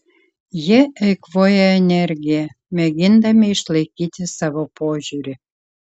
jie eikvoja energiją mėgindami išlaikyti savo požiūrį